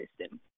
system